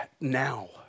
Now